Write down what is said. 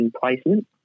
placement